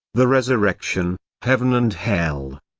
the resurrection, heaven and hell.